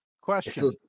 Question